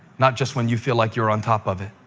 not just when you feel like you're on top of it.